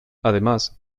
además